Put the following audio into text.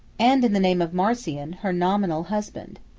and in the name of marcian, her nominal husband.